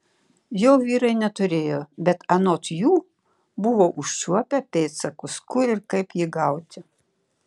jo vyrai neturėjo bet anot jų buvo užčiuopę pėdsakus kur ir kaip jį gauti